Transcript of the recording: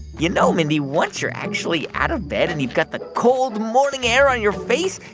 you know, mindy, once you're actually out of bed, and you've got the cold morning air on your face,